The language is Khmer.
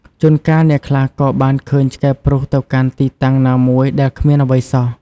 ជួនកាលអ្នកខ្លះក៏បានឃើញឆ្កែព្រុសទៅកាន់ទីតាំងណាមួយដែលគ្មានអ្វីសោះ។